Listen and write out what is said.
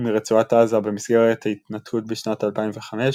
מרצועת עזה במסגרת ההתנתקות בשנת 2005,